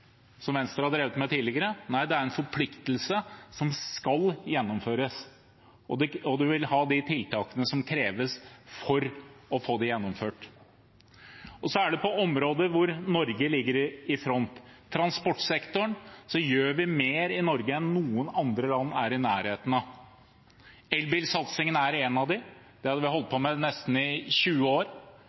som Venstre har drevet med tidligere. Nei, det er en forpliktelse som skal gjennomføres, og man vil ha de tiltakene som kreves for å få det gjennomført. Så er det områder hvor Norge ligger i front. På transportsektoren gjør vi mer i Norge enn noen andre land er i nærheten av. Elbilsatsingen er noe av det. Det har vi holdt på med i nesten 20 år,